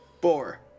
Four